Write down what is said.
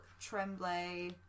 Tremblay